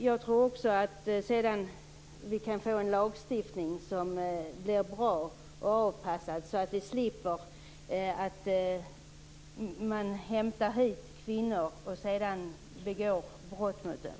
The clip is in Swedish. Jag tror att vi kan få en lagstiftning som är bra och som är avpassad på ett sådant sätt att vi slipper fall där man hämtar hit kvinnor för att sedan begå brott mot dem.